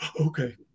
Okay